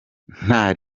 nta